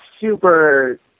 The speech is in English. super